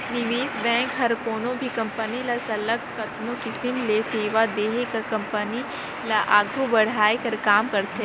निवेस बेंक हर कोनो भी कंपनी ल सरलग केतनो किसिम ले सेवा देहे कर कंपनी ल आघु बढ़ाए कर काम करथे